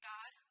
God